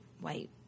white